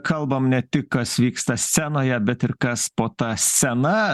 kalbam ne tik kas vyksta scenoje bet ir kas po ta scena